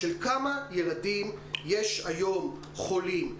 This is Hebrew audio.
כמה ילדים יש היום חולים,